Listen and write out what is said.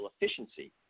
efficiency